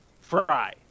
fry